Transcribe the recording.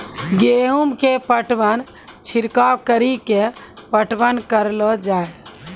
गेहूँ के पटवन छिड़काव कड़ी के पटवन करलो जाय?